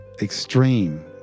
Extreme